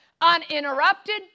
uninterrupted